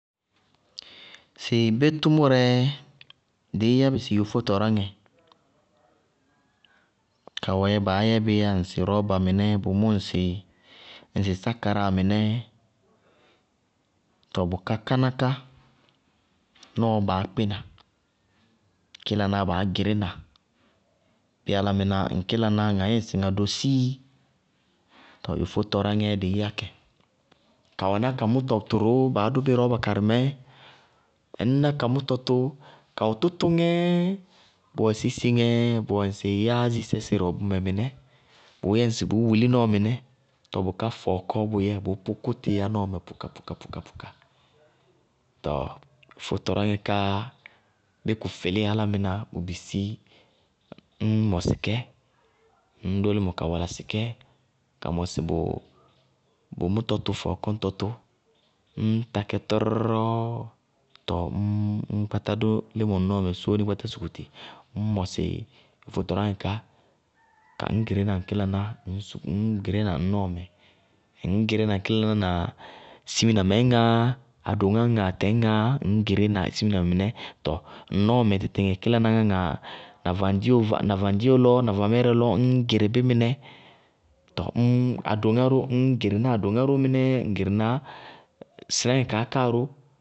Sɩ bé tʋmʋrɛɛ, dɩí yábɩ sɩ yofó tɔráŋɛ, kawɛɛ baá yɛbɩ ŋsɩ rɔɔba mɩnɛ, bʋmʋ ŋsɩ ŋsɩ sákaráa mɩnɛ, tɔɔ bʋká káná ká, nɔɔ baá kpína, kílanáá baá gɩrína, bíɩ álámɩná ŋ kílaná ŋaá yɛ ŋsɩ ma dosíi tɔɔ yofó tɔráŋɛɛ dɩí yá kɛ, ka wɛná ka mʋtɔ tʋrʋ baá dʋ bɩ rɔɔba mɛ, ŋñná ka mʋtɔ tʋ, kawɛ tʋtʋŋɛɛ, bʋwɛ sísiŋɛɛ, bʋwɛ ŋsɩ yáázisɛ sɩrɩ wɛ bʋmɛ mɩnɛ, bʋʋyɛ ŋsɩ nʋʋ wulí nɔɔ mɩnɛ tɔɔ bʋká fɔɔkɔɔ bʋyɛ bʋʋ pʋkʋtɩ yá nɔɔ mɛ pʋkapʋkapʋka, tɔɔ yofó tɔráŋɛɛ ká bíɩ kʋ fɩlíɩ, álámɩná bʋʋ bisí ñ mɔsɩ kɛ ññ sʋ límɔ ka walasɩ kɛ ka mɔsɩ bʋ mʋtɔ tʋ fɔɔkɔ ñtɔ tʋ, ññ takɛ tɔrɔrɔrɔ tɔɔ ññ kpátá dʋ límɔ ŋ nɔɔ mɛ sóóni kpátá sukuti ññ mɔsɩ yofó tɔráŋɛ ká ka ŋñ gɩrína ŋ kílanà ŋñ gɩrína ŋ nɔɔmɛ, ŋñ gɩrína ŋ kílanà na siminamɛ ñŋaá, adoŋá ñŋáá, atɛ ñŋaá, ŋñ gɩrína siminamɛ mɩnɛ, tɔɔ ŋ nɔɔmɛ tɩtɩŋɛ kílaná ŋá, na vaŋdiwo lɔ, na vamɛɛrɛ lɔ, ññ gɩrɩ bí mɩnɛ tɔ adoŋá ró ññ gɩrɩ ná adoŋá ró mɩnɛɛ ññ gɩrɩ ná sɩnáŋɛ kaá káa ró.